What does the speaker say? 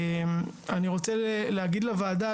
אני רוצה להגיד לוועדה,